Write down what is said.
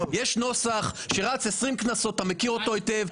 יש נוסח שרץ 20 כנסות ואתה מכיר אותו היטב.